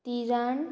तिजाण